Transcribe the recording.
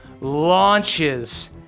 launches